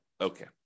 okay